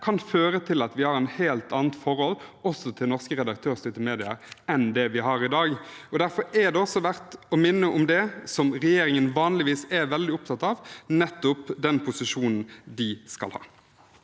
kan føre til at vi får et helt annet forhold til norske redaktørstyrte medier enn det vi har i dag. Derfor er det verdt å minne om det regjeringen vanligvis er veldig opptatt av, nettopp den posisjonen de skal ha.